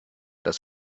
das